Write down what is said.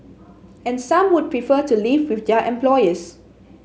and some would prefer to live with their employers